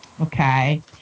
okay